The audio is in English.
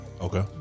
Okay